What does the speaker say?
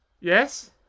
yes